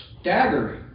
staggering